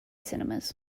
cinemas